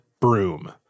broom